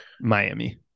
Miami